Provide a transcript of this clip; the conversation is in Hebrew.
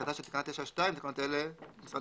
תחילתה של תקנה 9(2) לתקנות אלה ביום משרד